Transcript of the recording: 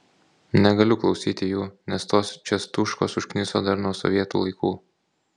negaliu klausyti jų nes tos čiastuškos užkniso dar nuo sovietų laikų